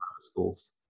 schools